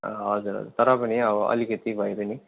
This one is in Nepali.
हजुर हजुर तर पनि अब अलिकति भए पनि